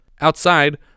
Outside